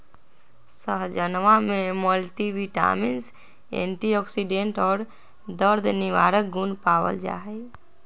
सहजनवा में multivitamins antioxidant और दर्द निवारक गुण पावल जाहई